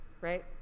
right